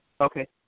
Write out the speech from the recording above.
Okay